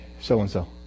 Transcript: so-and-so